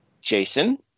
Jason